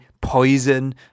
poison